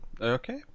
Okay